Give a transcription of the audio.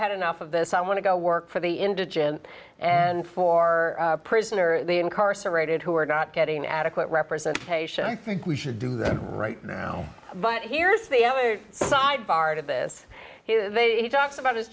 had enough of this i want to go work for the indigent and for prisoner the incarcerated who are not getting adequate representation you think we should do that right now but here's the other side bar to this he talks about his